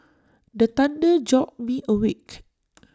the thunder jolt me awake